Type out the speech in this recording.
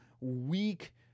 weak